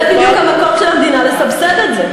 זה בדיוק המקום של המדינה לסבסד את זה.